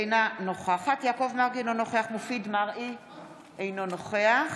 אינה נוכחת יעקב מרגי, אינו נוכח